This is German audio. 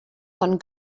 von